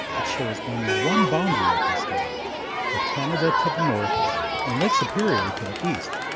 it shares only one boundary with the state with canada to the north and lake superior to the east.